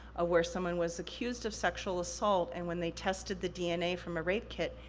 ah where someone was accused of sexual assault, and when they tested the dna from a rape kit,